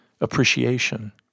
appreciation